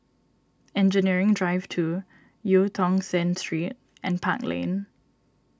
Engineering Drive two Eu Tong Sen Street and Park Lane